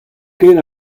ket